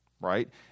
right